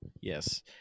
Yes